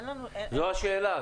זאת השאלה.